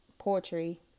Poetry